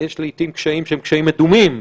יש לעיתים קשיים שהם קשיים מדומים,